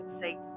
say